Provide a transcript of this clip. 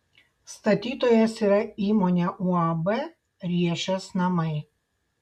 statytojas yra įmonė uab riešės namai